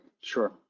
sure